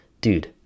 Dude